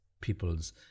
people's